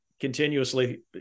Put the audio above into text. continuously